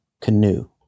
Canoe